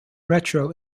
retro